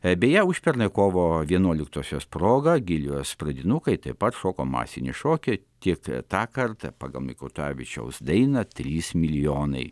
bėje užpernai kovo vienuoliktosios proga gilijos pradinukai taip pat šoko masinį šokį tik tą kartą pagal mikutavičiaus dainą trys milijonai